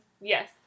Yes